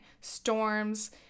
storms